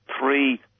three